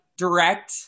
direct